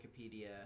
Wikipedia